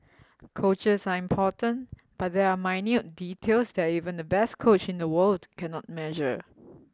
coaches are important but there are minute details that even the best coach in the world cannot measure